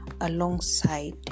alongside